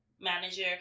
manager